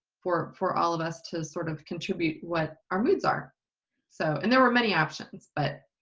for for all of us to sort of contribute what our moods are so and there were many options but